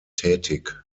tätig